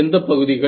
எந்த பகுதிகள்